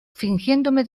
fingiéndome